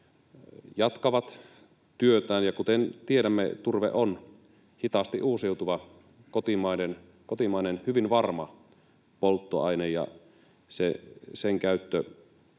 jatkavat työtään. Kuten tiedämme, turve on hitaasti uusiutuva, kotimainen, hyvin varma polttoaine, ja sen käytölle